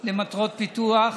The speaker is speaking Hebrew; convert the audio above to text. למטרות פיתוח